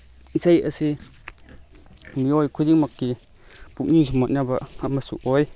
ꯏꯁꯩ ꯑꯁꯤ ꯃꯤꯑꯣꯏ ꯈꯨꯗꯤꯡꯃꯛꯀꯤ ꯄꯨꯛꯅꯤꯡ ꯁꯨꯝꯍꯠꯅꯕ ꯑꯃꯁꯨ ꯑꯣꯏ